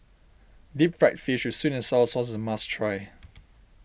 Deep Fried Fish with Sweet and Sour Sauce is a must try